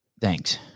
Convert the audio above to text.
Thanks